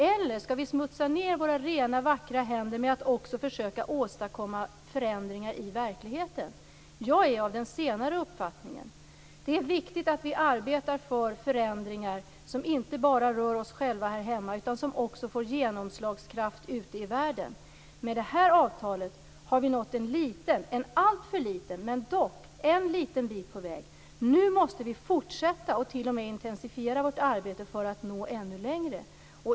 Eller skall vi smutsa ned våra rena vackra händer med att också försöka åstadkomma förändringar i verkligheten? Jag är av den senare uppfattningen. Det är viktigt att vi arbetar för förändringar som inte bara rör oss själva här hemma utan som också får genomslagskraft ute i världen. Med det här avtalet har vi kommit en liten - en alltför liten men dock en liten - bit på väg. Nu måste vi fortsätta och t.o.m. intensifiera vårt arbete för att nå ännu längre.